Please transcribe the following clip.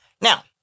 Now